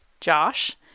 Josh